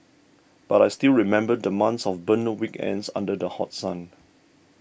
but I still remember the months of burnt weekends under the hot sun